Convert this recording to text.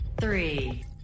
Three